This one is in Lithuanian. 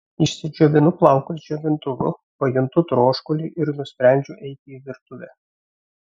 išsidžiovinu plaukus džiovintuvu pajuntu troškulį ir nusprendžiu eiti į virtuvę